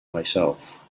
myself